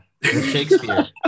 Shakespeare